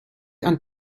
ein